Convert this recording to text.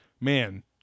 man